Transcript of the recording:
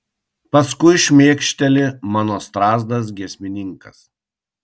paskui šmėkšteli mano strazdas giesmininkas